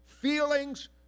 feelings